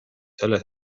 selles